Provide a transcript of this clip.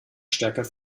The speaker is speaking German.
stärker